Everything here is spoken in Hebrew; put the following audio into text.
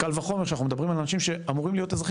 קל וחומר כשאנו מדברים על אנשים שאמורים להיות אזרחים